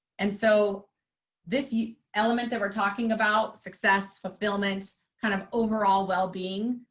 and so this yeah element that we're talking about, success, fulfillment, kind of overall wellbeing.